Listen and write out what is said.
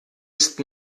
ist